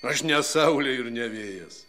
aš ne saulė ir ne vėjas